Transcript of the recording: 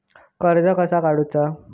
कर्ज कसा काडूचा?